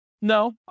No